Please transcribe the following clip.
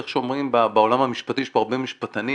כפי שאומרים בעולם המשפטי ויש פה הרבה משפטנים,